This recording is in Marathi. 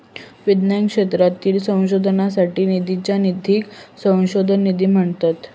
विज्ञान क्षेत्रातील संशोधनासाठी निधीच्या निधीक संशोधन निधी म्हणतत